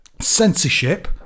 censorship